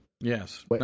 Yes